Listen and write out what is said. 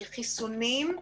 כי חיסונים,